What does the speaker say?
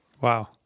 Wow